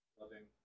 loving